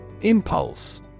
Impulse